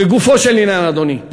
לגופו של עניין, אדוני,